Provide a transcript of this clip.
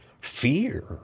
Fear